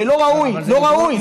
שלא ראוי.